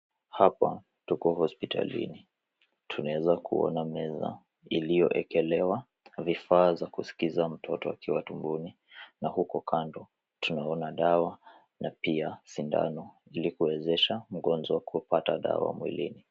Hapa tuko hospitalini. Tunaweza kuona meza iliyowekelewa vifaa za kuskiza mtoto akiwa tumboni na huko kando tunaona dawa na pia sindano ili kuwezesha mgonjwa kupata dawa mwilini.